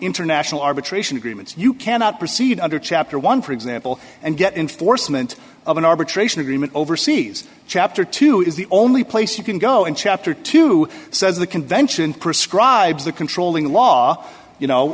international arbitration agreements you cannot proceed under chapter one for example and get in force meant of an arbitration agreement overseas chapter two is the only place you can go in chapter two says the convention prescribes the controlling law you know